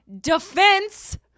defense